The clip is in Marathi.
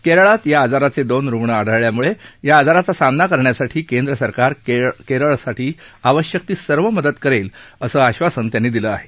केरळात या आजाराचे दोन रुग्ण आढळल्यानं या आजाराचा सामना करण्यासाठी केंद्र सरकार केरळला आवश्यक ती सर्व मदत करेल असं आश्वासन त्यांनी दिलं आहे